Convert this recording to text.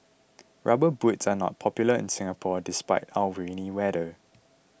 rubber boots are not popular in Singapore despite our rainy weather